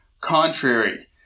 Contrary